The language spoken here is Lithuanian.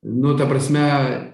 nu ta prasme